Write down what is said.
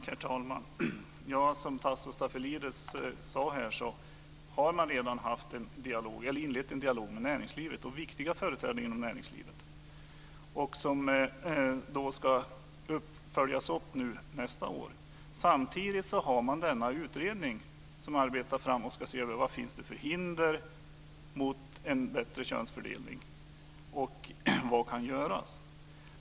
Herr talman! Som Tasso Stafilidis sade har man redan inlett en dialog med viktiga företrädare inom näringslivet, och den ska följas upp nästa år. Samtidigt har man denna utredning som ska se över vad det finns för hinder mot en bättre könsfördelning och vad som kan göras.